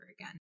again